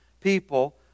people